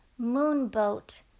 Moonboat